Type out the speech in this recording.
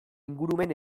ingurumen